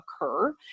occur